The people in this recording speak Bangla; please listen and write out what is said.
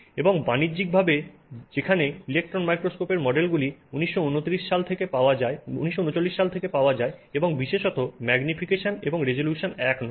এবং বাণিজ্যিকভাবে যেখানে ইলেকট্রন মাইক্রোস্কোপগুলির মডেলগুলি 1939 সাল থেকে পাওয়া যায় এবং বিশেষত ম্যাগনিফিকেশন এবং রেজোলিউশন এক নয়